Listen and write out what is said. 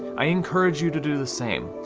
i encourage you to do the same.